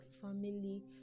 family